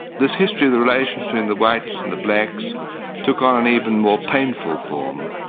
this history of the relations between the whites and the blacks took on an even more painful form.